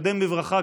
נקדם בברכה,